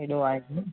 एॾो आहे हूं